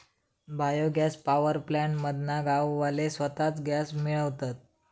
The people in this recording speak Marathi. बायो गॅस पॉवर प्लॅन्ट मधना गाववाले स्वताच गॅस मिळवतत